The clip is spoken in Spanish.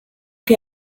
que